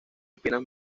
espinas